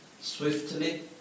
swiftly